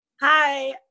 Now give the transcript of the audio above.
Hi